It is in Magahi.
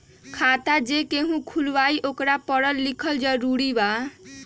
खाता जे केहु खुलवाई ओकरा परल लिखल जरूरी वा?